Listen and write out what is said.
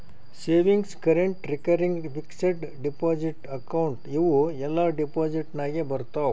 savings, current, recurring, fixed deposit account ಇವೂ ಎಲ್ಲಾ deposit ನಾಗೆ ಬರ್ತಾವ್